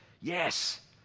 Yes